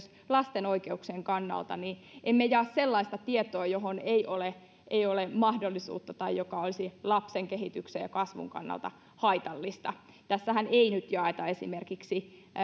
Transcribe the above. lasten oikeuksien kannalta niin että emme jaa sellaista tietoa johon ei ole ei ole mahdollisuutta tai joka olisi lapsen kehityksen ja kasvun kannalta haitallista tässähän ei nyt jaeta esimerkiksi